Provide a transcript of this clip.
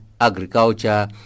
agriculture